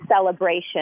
celebration